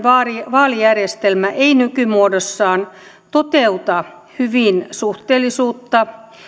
vaalijärjestelmä ei nykymuodossaan toteuta hyvin suhteellisuutta